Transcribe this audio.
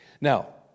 Now